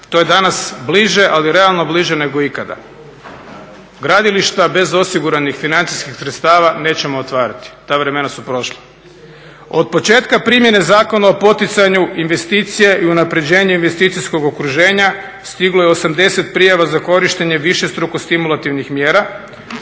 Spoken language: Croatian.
To je danas bliže, ali realno bliže nego ikada. Gradilišta bez osiguranih financijskih sredstava nećemo otvarati. Ta vremena su prošla. Od početka primjene Zakona o poticanju investicija i unapređenju investicijskog okruženja stiglo je 80 prijava za korištenje višestruko stimulativnih mjera